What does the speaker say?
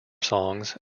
songs